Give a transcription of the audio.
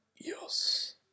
yes